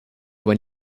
when